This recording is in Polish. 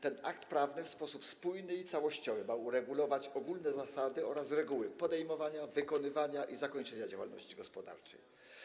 Ten akt prawny w sposób spójny i całościowy ma określać ogólne zasady oraz reguły podejmowania, wykonywania i zakończenia działalności gospodarczej.